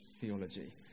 theology